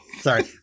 sorry